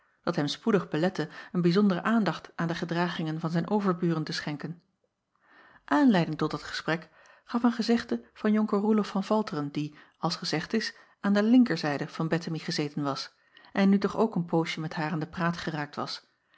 dat hem spoedig belette een bijzondere aandacht aan de gedragingen van zijn overburen te schenken anleiding tot dat gesprek gaf een gezegde van onker oelof van alteren die als gezegd is aan de linkerzijde van ettemie gezeten was en nu toch ook een poosje met haar aan de praat geraakt was